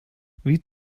wie